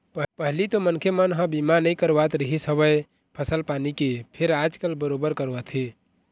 पहिली तो मनखे मन ह बीमा नइ करवात रिहिस हवय फसल पानी के फेर आजकल बरोबर करवाथे